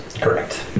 Correct